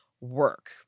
work